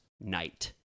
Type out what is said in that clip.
Night